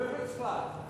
ובצפת.